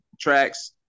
tracks